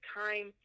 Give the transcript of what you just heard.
time